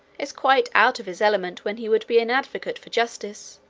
is quite out of his element when he would be an advocate for justice,